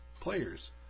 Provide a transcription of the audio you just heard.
players